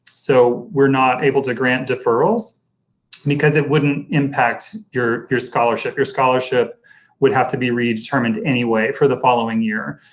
so we're not able to grant deferrals because it wouldn't impact your your scholarship, your scholarship would have to be redetermined anyway for the following year.